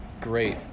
great